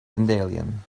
dandelion